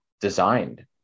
designed